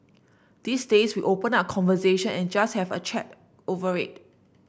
these days we open up conversation and just have a chat over it